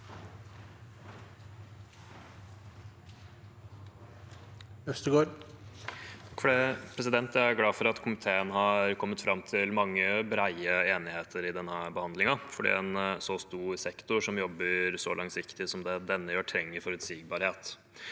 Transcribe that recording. Jeg er glad for at komiteen har kommet fram til mange brede enigheter i denne behandlingen, for en så stor sektor som jobber så langsiktig som denne gjør, trenger forutsigbarhet.